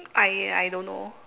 I I don't know